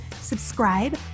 subscribe